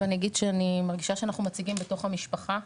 ואני אגיד שאני מרגישה שאנחנו מציגים בתוך המשפחה.